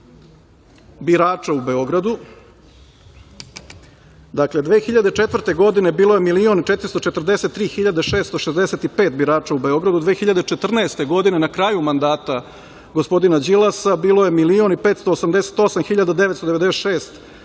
birača u Beogradu, dakle, 2004. godine bilo je 1.443.665 birača, a 2014. godine, na kraju mandata gospodina Đilasa bilo je 1.588.996 birača, odnosno